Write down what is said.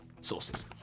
sources